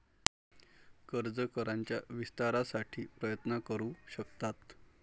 कर्ज कराराच्या विस्तारासाठी प्रयत्न करू शकतात